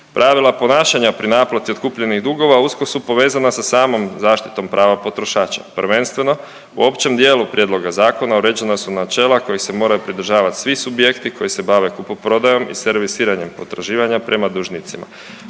Pravila ponašanja pri naplati otkupljenih dugova usko su povezana sa samom zaštitom prava potrošača. Prvenstveno u općem dijelu prijedloga zakona uređena su načela kojih se moraju pridržavati svi subjekti koji se bave kupoprodajom i servisiranjem potraživanja prema dužnicima,